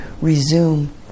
resume